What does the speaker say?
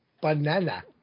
Banana